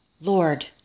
Lord